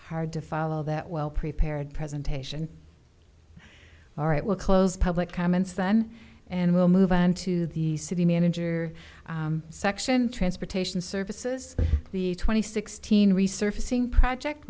hard to follow that well prepared presentation all right we'll close public comments then and we'll move on to the city manager section transportation services the twenty sixteen resurfacing project